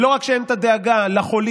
ולא רק שאין את הדאגה לחולים,